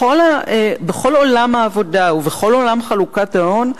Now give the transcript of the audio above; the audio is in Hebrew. בכל עולם העבודה ובכל עולם חלוקת ההון,